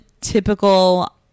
typical